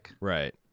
Right